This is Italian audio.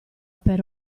per